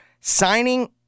signing